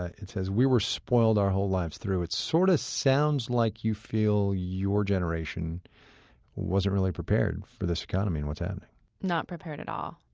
ah it says, we were spoiled our whole lives through. it sort of sounds like you feel your generation wasn't really prepared for this economy and what's happening not prepared at all.